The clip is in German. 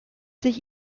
sich